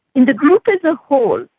in the group as a whole,